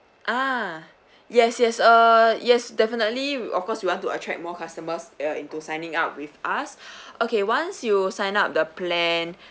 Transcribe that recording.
ah yes yes err yes definitely of course we want to attract more customers uh into signing up with us okay once you sign up the plan